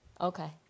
Okay